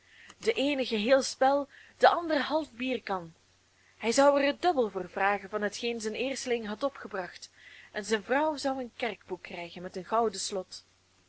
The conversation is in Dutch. de eene geheel spel de andere half bierkan hij zou er het dubbel voor vragen van hetgeen zijn eersteling had opgebracht en zijne vrouw zou een kerkboek krijgen met een gouden slot